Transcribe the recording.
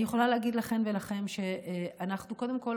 אני יכולה להגיד לכן ולכם שאנחנו קודם כול